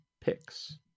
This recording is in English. picks